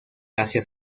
hacia